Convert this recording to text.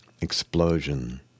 explosion